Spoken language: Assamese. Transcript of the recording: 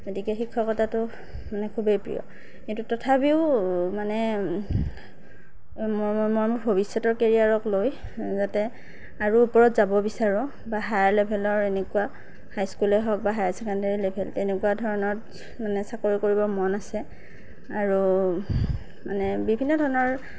গতিকে শিক্ষকতাটো মানে খুবেই প্ৰিয় কিন্তু তথাপিও মানে মোৰ ভৱিষ্যতৰ কেৰিয়াৰক লৈ যাতে আৰু ওপৰত যাব বিচাৰোঁ বা হায়াৰ লেভেলৰ এনেকুৱা হাইস্কুলেই হওক বা হায়াৰ ছেকেণ্ডেৰী লেভেল তেনেকুৱা ধৰণত মানে চাকৰি কৰিব মন আছে আৰু মানে বিভিন্ন ধৰণৰ